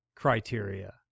criteria